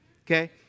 Okay